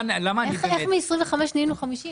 איך מ-25 תקנים הגענו ל-50 תקנים?